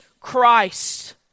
Christ